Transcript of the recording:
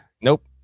Nope